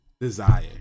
desire